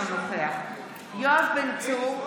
אינו נוכח יואב בן צור,